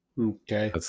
Okay